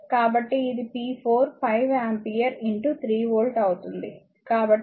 కాబట్టి ఇది p4 5 ampere 3 volt అవుతుంది కాబట్టి 15 వాట్